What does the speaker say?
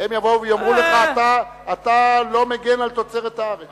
הם יבואו ויאמרו לך: אתה לא מגן על תוצרת הארץ.